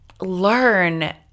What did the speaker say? learn